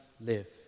live